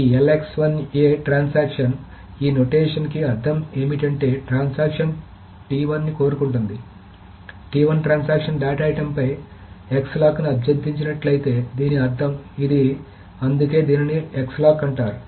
ఈ ట్రాన్సాక్షన్ ఈ నొటేషన్ కి అర్థం ఏమిటి అంటే ట్రాన్సాక్షన్ ని కోరుకుంటుంది ట్రాన్సాక్షన్ డేటా ఐటెమ్పై X లాక్ని అభ్యర్థించినట్లయితే దీని అర్థం ఇది అందుకే దీనిని లాక్ X అంటారు